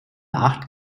acht